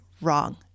wrong